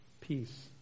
peace